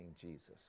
Jesus